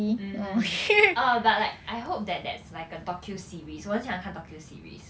mm orh but like I hope that there's like a docu series 我很想看 docu series